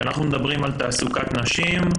כשאנחנו מדברים על תעסוקת נשים,